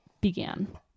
began